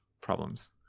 problems